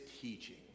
teaching